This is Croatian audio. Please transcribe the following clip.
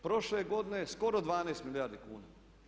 Prošle godine skoro 12 milijardi kuna.